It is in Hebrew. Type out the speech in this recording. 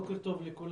בוקר טוב לכולם.